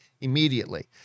immediately